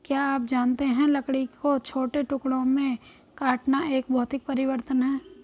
क्या आप जानते है लकड़ी को छोटे टुकड़ों में काटना एक भौतिक परिवर्तन है?